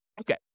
Okay